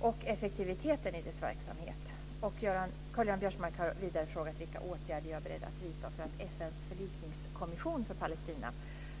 och effektiviteten i dess verksamhet. Karl-Göran Biörsmark har vidare frågat vilka åtgärder jag är beredd att vidta för att FN:s förlikningskommission för Palestina